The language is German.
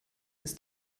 ist